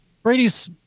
Brady's